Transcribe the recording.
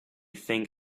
think